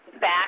back